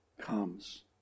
comes